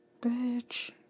Bitch